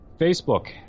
Facebook